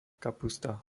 kapusta